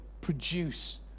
produce